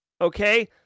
okay